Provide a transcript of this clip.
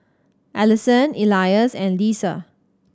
Allyson Elias and Leisa